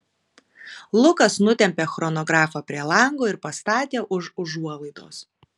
lukas nutempė chronografą prie lango ir pastatė už užuolaidos